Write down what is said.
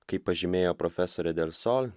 kaip pažymėjo profesorė del sol